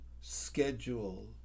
schedule